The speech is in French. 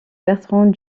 bertrand